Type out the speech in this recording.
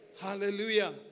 Hallelujah